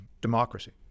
democracy